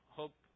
hope